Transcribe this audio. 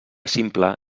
simple